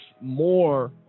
more